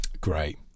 Great